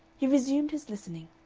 he resumed his listening.